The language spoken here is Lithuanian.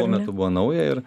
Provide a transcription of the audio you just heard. tuo metu buvo nauja ir